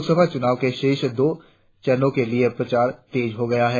लोकसभा चुनाव के शेष दो चरणों के लिए प्रचार तेज हो गया है